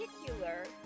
particular